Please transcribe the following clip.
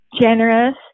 generous